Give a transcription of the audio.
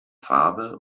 farbe